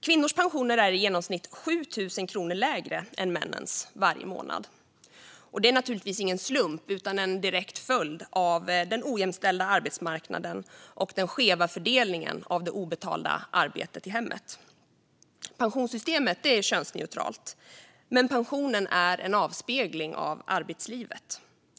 Kvinnors pensioner är i genomsnitt 7 000 kronor lägre än männens varje månad. Det är naturligtvis ingen slump utan en direkt följd av den ojämställda arbetsmarknaden och den skeva fördelningen av det obetalda arbetet i hemmet. Pensionssystemet är könsneutralt, men pensionen är en avspegling av arbetslivet.